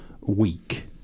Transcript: week